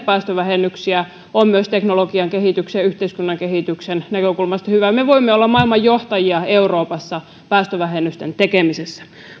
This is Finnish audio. päästövähennyksiä ovat myös teknologian kehityksen ja yhteiskunnan kehityksen näkökulmasta hyvät me voimme olla johtajia euroopassa päästövähennysten tekemisessä